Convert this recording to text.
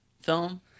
film